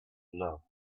love